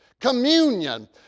Communion